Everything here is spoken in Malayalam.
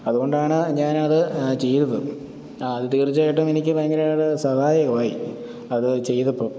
അതുകൊണ്ടാണ് ഞാൻ അത് ചെയ്തത് ആ അത് തീർച്ചയായിട്ടും എനിക്ക് ഭയങ്കര ഒരു സഹായകമായി അത് ചെയ്തപ്പോൾ